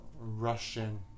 Russian